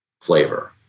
flavor